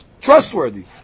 trustworthy